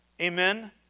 Amen